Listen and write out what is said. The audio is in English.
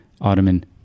Ottoman